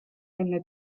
enne